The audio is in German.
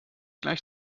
gleich